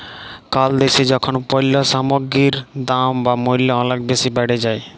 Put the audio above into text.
call দ্যাশে যখল পল্য সামগ্গির দাম বা মূল্য অলেক বেসি বাড়ে যায়